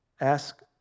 ask